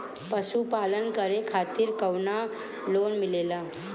पशु पालन करे खातिर काउनो लोन मिलेला?